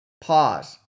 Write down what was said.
Pause